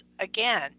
again